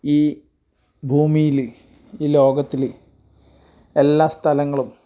ഈ ഭൂമിയിൽ ഈ ലോകത്തിൽ എല്ലാ സ്ഥലങ്ങളും